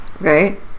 Right